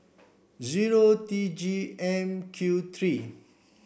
zero T G M Q three